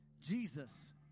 Jesus